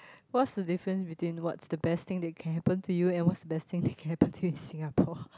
what's the difference between what's the best thing that can happen to you and what's the best thing that can happen to you in Singapore